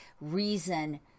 reason